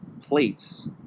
plates